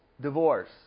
divorce